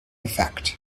effect